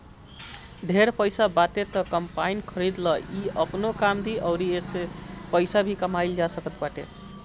ढेर पईसा बाटे त कम्पाईन खरीद लअ इ आपनो काम दी अउरी एसे पईसा भी कमाइल जा सकत बाटे